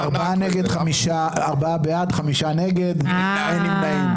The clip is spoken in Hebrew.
ארבעה בעד, חמישה נגד, אין נמנעים.